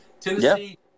Tennessee